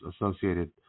associated